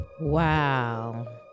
Wow